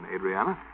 Adriana